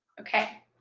okay,